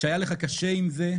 שהיה לך קשה עם זה,